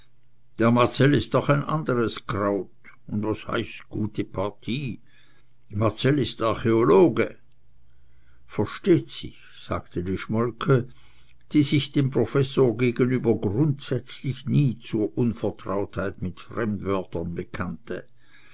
der marcell ist doch ein andres kraut und was heißt gute partie marcell ist archäologe versteht sich sagte die schmolke die sich dem professor gegenüber grundsätzlich nie zur unvertrautheit mit fremdwörtern bekannte